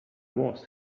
wars